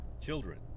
children